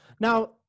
Now